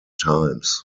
times